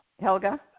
Helga